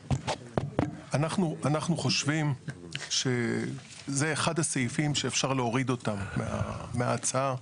אנחנו חושבים שזה אחד הסעיפים שאפשר להוריד אותם מההצעה.